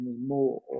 anymore